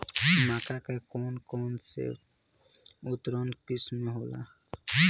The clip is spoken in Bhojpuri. मक्का के कौन कौनसे उन्नत किस्म होला?